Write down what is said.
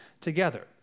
together